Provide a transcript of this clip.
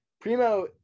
Primo